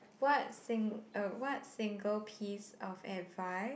what sing~ uh what single piece of advice